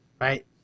right